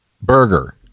burger